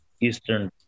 eastern